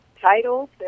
titles